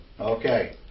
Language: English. Okay